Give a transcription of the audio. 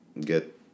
get